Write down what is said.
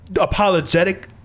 apologetic